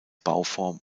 bauform